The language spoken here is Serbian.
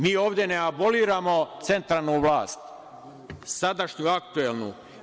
Mi ovde ne aboliramo centralnu vlast, sadašnju aktuelnu.